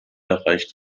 erreicht